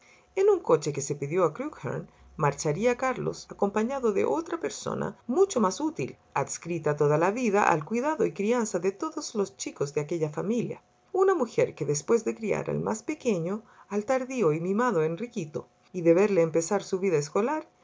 en un coche que se pidió a crewkheyne marcharía carlos acompañado de otra persona mucho más útil adscrita toda la vida al cuidado y crianza de todos los chicos de aquella familia una mujer que después de criar al más pequeño al tardío y mimado enriquito y de verle empezar su vida escolar